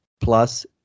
plus